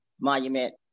monument